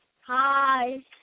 Hi